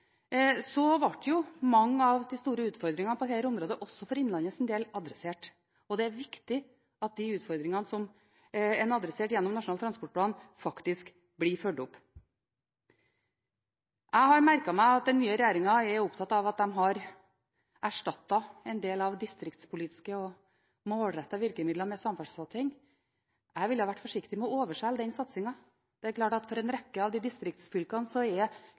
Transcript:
ble jo mange av de store utfordringene på dette området – også for innlandets del – adressert. Det er viktig at de utfordringene som en adresserte gjennom Nasjonal transportplan, faktisk blir fulgt opp. Jeg har merket meg at den nye regjeringen er opptatt av at den har erstattet en del av de distriktspolitiske og målrettede virkemidlene med samferdselssatsing. Jeg ville vært forsiktig med å overselge den satsinga. Det er klart at for en rekke av distriktsfylkene er kuttet og nedtrekket i regionale utviklingsmidler langt større enn de